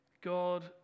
God